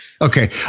okay